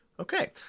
Okay